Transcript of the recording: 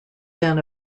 then